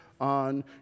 on